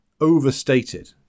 overstated